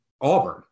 Auburn